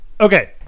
Okay